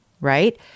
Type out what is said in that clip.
right